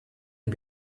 and